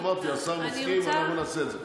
אמרתי, השר מסכים, אנחנו נעשה את זה.